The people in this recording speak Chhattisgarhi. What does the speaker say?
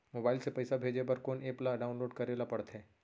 मोबाइल से पइसा भेजे बर कोन एप ल डाऊनलोड करे ला पड़थे?